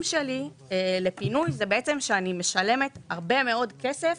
שלי לפינוי הוא בעצם שאני משלמת הרבה מאוד כסף